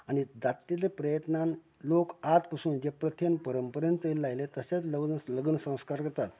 आनी जात तितले प्रयत्नान लोक आज पसून जे प्रती आनी परंपरेन जय लायलें तशें लग्न संस्कार करतात